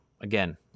Again